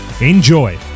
Enjoy